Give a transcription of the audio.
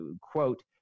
quote